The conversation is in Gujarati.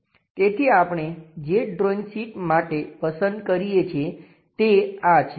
તેથી આપણે જે ડ્રોઈંગ શીટ માટે પસંદ કરીએ છીએ તે આ છે